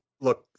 look